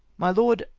my lord,